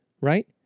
right